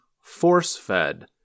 force-fed